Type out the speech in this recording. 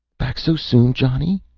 back so soon, johnny?